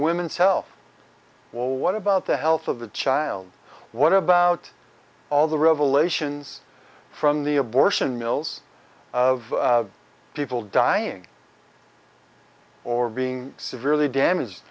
women's health well what about the health of the child what about all the revelations from the abortion mills of people dying or being severely damaged